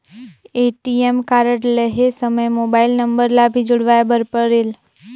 ATM card लहे समय mobile number ला भी जुड़वाए बर परेल?